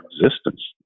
existence